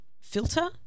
filter